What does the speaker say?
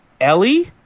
Ellie